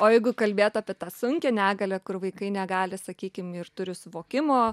o jeigu kalbėt apie tą sunkią negalią kur vaikai negali sakykim ir turi suvokimo